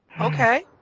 Okay